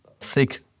thick